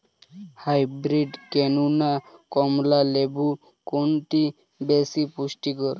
Hybrid কেনু না কমলা লেবু কোনটি বেশি পুষ্টিকর?